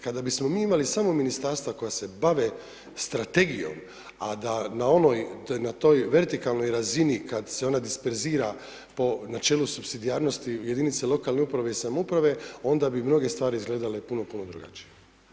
Kada bismo mi imali samo ministarstva koja se bave strategijom, a da na toj vertikalnoj razini kada se ona disperzira po načelu supsidijarnosti jedinice lokalne uprave i samouprave, onda bi mnoge stvari izgledale puno puno drugačije.